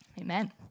Amen